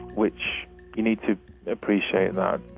which you need to appreciate that